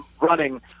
running